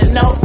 no